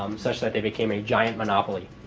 um such that they became a giant monopoly.